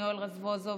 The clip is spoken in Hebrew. יואל רזבוזוב,